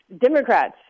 Democrats